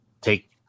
take